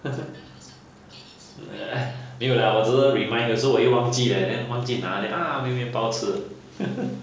没有 lah 我只是 remind 有时候我又忘记 leh and then 忘记拿 then ah 没有面包吃